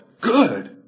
Good